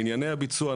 בענייני הביצוע,